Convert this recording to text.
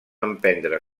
emprendre